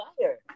fire